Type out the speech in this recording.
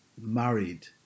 married